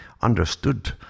understood